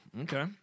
okay